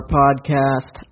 podcast